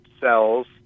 cells